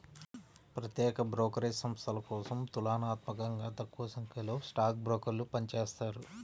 ప్రత్యేక బ్రోకరేజ్ సంస్థల కోసం తులనాత్మకంగా తక్కువసంఖ్యలో స్టాక్ బ్రోకర్లు పనిచేత్తారు